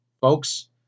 Folks